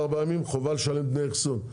אחרי ארבעה ימים חובה לשלם דמי אחסון.